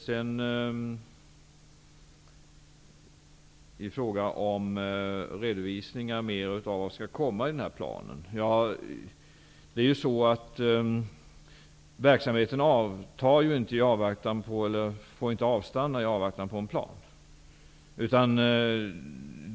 Vad beträffar redovisning av vad som skall komma i den åtgärdsplanen vill jag säga att verksamheten inte får avstanna i avvaktan på en plan.